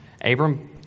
Abram